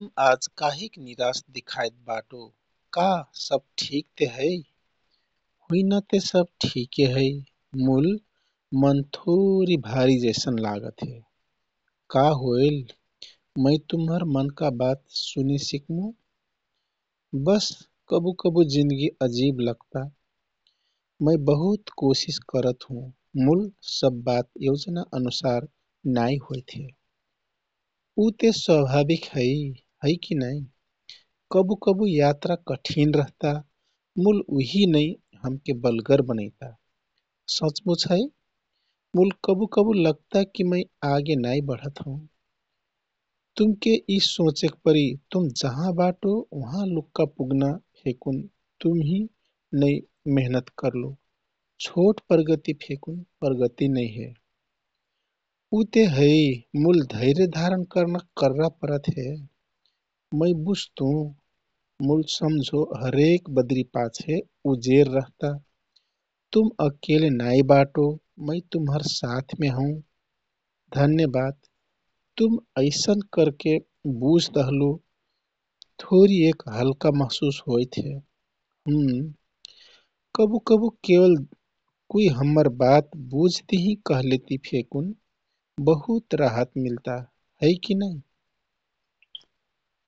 तुम आज काहिक निराश दिखाइत बाटो? का सब ठीक ते है? "हुइना ते सब ठीक है, मूल मन थोरी... भारी जैसन लागत हे।" का होइल? मै तुम्हर मनका बात सुने सिकमु।" "बस, कबु कबु जीन्दगी अजीव लग्ता। मै बहुत कोसिस करतहुँ, मूल सब बात योजना अनुसार नाई होइत है।" उ ते स्वाभाविक है, है कि नाइ? कबु कबु यात्रा कठिन रहता, मूल उही नै हमके बलगर बनैता।" सचमुच है, मूल कबु कबु लगता कि मै आगे नाई बढत हौँ।" "तुमके यी सोचेक परि तुम जहाँ बाटो वहा लुक्का पुग्ना फेकुन तुमहि नै मेहनत करलो। छोट प्रगति फेकुन नै हे। उ ते है, मूल धर्य धारण करना कररा परत हे। मै बुझ्तु। मूल सम्झो, हरेक बदरि पाछे उजेर रहता। तुम एकेले नाइ बाटो, मै तुम्हर साथमे हौँ। "धन्यवाद! तुम यैसने करके बुझ्दहतो थोरिक हल्का महसुस होइत है।" "हुँ... कबु कबु केवल कुइ हम्मर बात बुझदिहि कहिलेति फेकुन बहुत राहत मिलता, है कि नाइ?